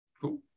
cool